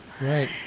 right